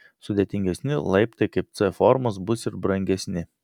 sudėtingesni laiptai kaip c formos bus ir brangesni